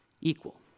equal